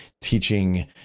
teaching